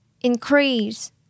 Increase